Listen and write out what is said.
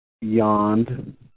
yawned